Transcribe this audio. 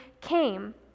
came